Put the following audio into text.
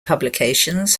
publications